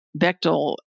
Bechtel